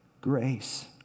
Grace